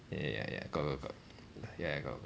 ya ya ya got got got ya got got